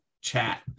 chat